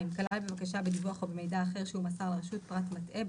כלל בבקשה בדיווח או במידע אחר שהוא מסר לרשות פרט מטעה,